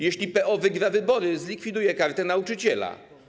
Jeśli PO wygra wybory, zlikwiduję Kartę Nauczyciela.